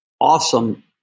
awesome